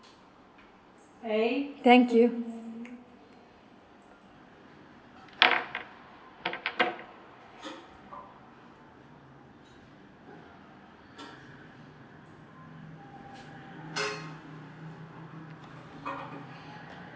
thank you